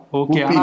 okay